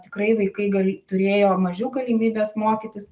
tikrai vaikai gal turėjo mažiau galimybės mokytis